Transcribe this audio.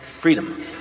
freedom